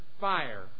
fire